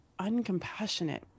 uncompassionate